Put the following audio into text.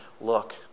look